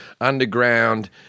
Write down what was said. underground